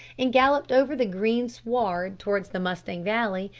and galloped over the green sward towards the mustang valley,